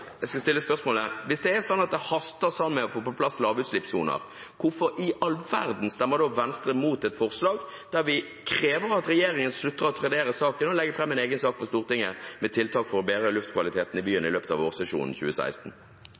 Jeg skal stille spørsmålet: Hvis det er slik at det haster med å få på plass lavutslippssoner, hvorfor i all verden stemmer Venstre mot et forslag der vi krever at regjeringen slutter å trenere saken, og at den legger fram en egen sak for Stortinget med tiltak for å bedre luftkvaliteten i byene i løpet av vårsesjonen 2016?